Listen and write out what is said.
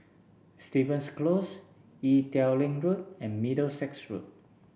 Stevens Close Ee Teow Leng Road and Middlesex Road